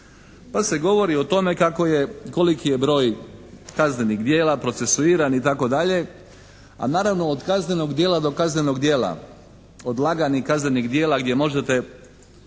pa se govori o tome kako je, koliki je broj kaznenih djela procesuiranih itd., a naravno od kaznenog djela do kaznenog djela, od laganih kaznenih djela gdje možete